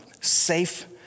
safe